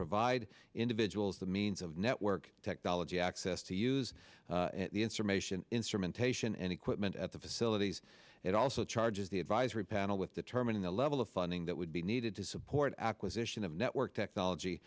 provide individuals the means of network technology access to use the answer may show instrumentation and equipment at the facilities it also charges the advisory panel with turman in the level of funding that would be needed to support acquisition of network technology